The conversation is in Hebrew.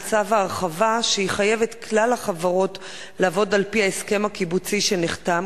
צו ההרחבה שיחייב את כלל החברות לעבוד על-פי ההסכם הקיבוצי שנחתם,